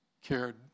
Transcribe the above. cared